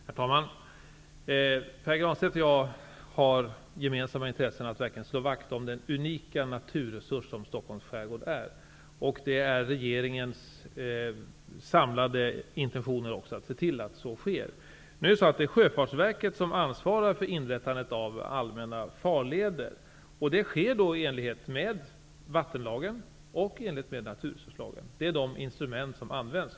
Herr talman! Pär Granstedt och jag har det gemensamma intresset att verkligen slå vakt om den unika naturresurs som Stockholms skärgård utgör. Det är regeringens samlade intentioner att se till att så sker. Sjöfartsverket ansvarar för inrättandet av allmänna farleder. Det sker i enlighet med vattenlagen och naturresurslagen. Det är de instrument som används.